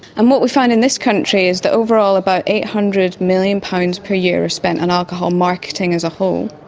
and what we find in this country is that overall about eight hundred million pounds per year is spent on alcohol marketing as a whole.